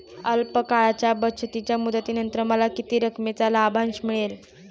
अल्प काळाच्या बचतीच्या मुदतीनंतर मला किती रकमेचा लाभांश मिळेल?